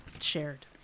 shared